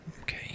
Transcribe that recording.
Okay